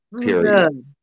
Period